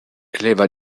leva